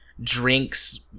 drinks